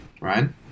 Ryan